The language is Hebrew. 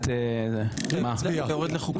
--- מה זה מפריע לך?